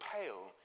pale